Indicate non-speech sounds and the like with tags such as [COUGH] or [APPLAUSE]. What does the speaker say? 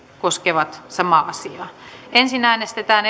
koskevat samaa määrärahaa ensin äänestetään [UNINTELLIGIBLE]